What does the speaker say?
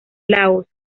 laos